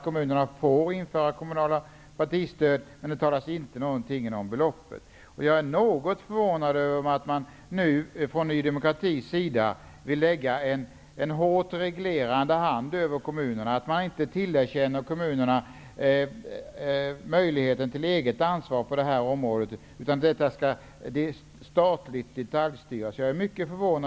Kommunerna får införa kommunalt partistöd, men det talas ingenting om beloppen. Jag är som sagt något förvånad över att Ny demokrati vill lägga en hårt reglerande hand över kommunerna, att man inte tillerkänner kommunerna möjlighet till eget ansvar på det här området utan vill ha statlig detaljstyrning.